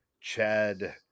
Chad